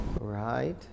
Right